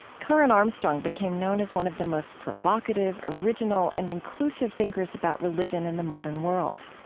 karen armstrong became known as one of the most provocative, original, and inclusive thinkers about religion in the modern world.